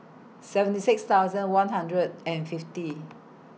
seventy six thousand one hundred and fifty